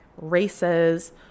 races